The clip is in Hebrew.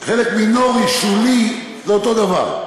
חלק מינורי, שולי, זה אותו דבר.